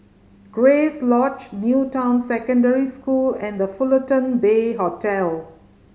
Grace Lodge New Town Secondary School and The Fullerton Bay Hotel